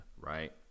right